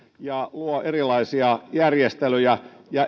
ja luo erilaisia järjestelyjä ja eräänä tarkoituksena on myöskin